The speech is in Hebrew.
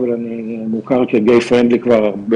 אבל אני מוכר כ-gay friendly כבר הרבה